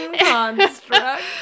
construct